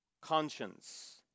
Conscience